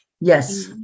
Yes